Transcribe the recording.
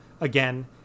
again